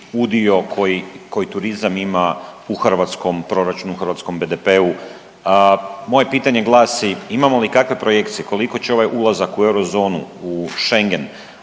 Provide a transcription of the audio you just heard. koji, koji turizam ima u hrvatskom proračunu, u hrvatskom BDP-u. Moje pitanje glasi, imamo li kakve projekcije koliko će ovaj ulazak u Eurozonu, u Schengen,